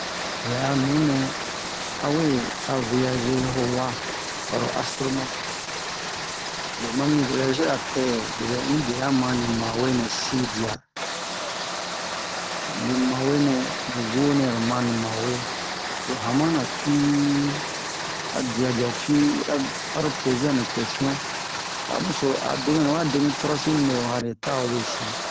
lɛ a nunɛ a he a we voyager ho wa ɓaro astronaute lo mami voyage-ra pɛɛ loɓɛ in derura man ni mawe nɛ sin dia ni mawe nɛ ni wo nɛ lo manni ni mawe lo hanmanan tuwii a dia dia tuwi abe- aro pose'a ni question ta muso a denɓenu wa dɛ mi tɔrɔsi mibewa ta a webesi